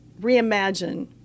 reimagine